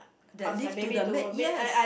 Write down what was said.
that leads to the maid yes